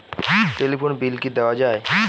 Telephone bill কি দেওয়া যায়?